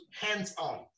hands-on